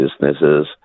businesses